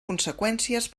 conseqüències